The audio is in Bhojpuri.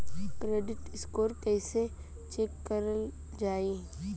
क्रेडीट स्कोर कइसे चेक करल जायी?